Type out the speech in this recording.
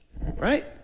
right